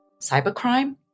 cybercrime